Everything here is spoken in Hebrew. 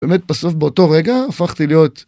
באמת בסוף באותו רגע הפכתי להיות